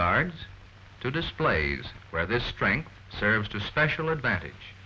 guards to displays where this strength serves to special advantage